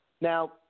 Now